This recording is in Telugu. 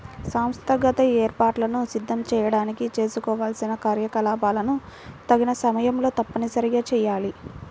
సంస్థాగత ఏర్పాట్లను సిద్ధం చేయడానికి చేసుకోవాల్సిన కార్యకలాపాలను తగిన సమయంలో తప్పనిసరిగా చేయాలి